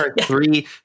Three